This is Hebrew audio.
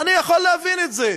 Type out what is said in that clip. אני יכול להבין את זה.